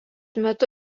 metu